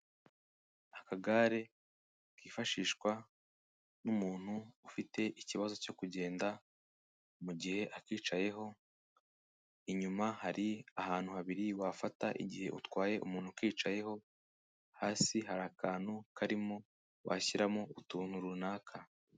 Akagare kifashishwa n'umuntu ufite ikibazo cyo kugenda mu mugihe aticayeho, inyuma hari ahantu habiri wafata igihe utwaye umuntu ukicayeho, hasi hari akantu karimo washyiramo utuntu runaka.